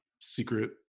secret